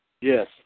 Yes